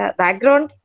background